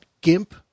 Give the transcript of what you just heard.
gimp